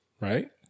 Right